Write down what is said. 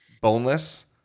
boneless